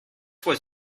was